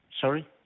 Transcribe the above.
Sorry